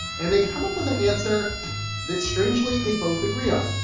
and they come up with an answer that strangely they both agree on.